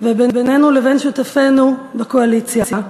ובינינו לבין שותפינו בקואליציה.